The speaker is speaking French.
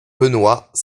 benoit